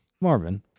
Marvin